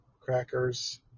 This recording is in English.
crackers